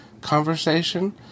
conversation